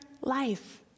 life